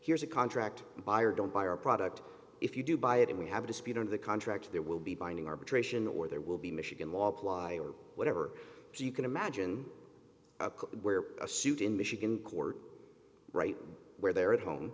here's a contract buy or don't buy our product if you do buy it and we have a dispute over the contract there will be binding arbitration or there will be michigan law apply or whatever you can imagine where a suit in michigan court right where they're at home